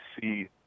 see